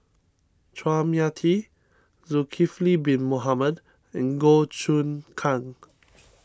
Chua Mia Tee Zulkifli Bin Mohamed and Goh Choon Kang